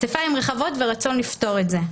כתפיים רחבות ורצון לפתור את זה,